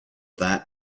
that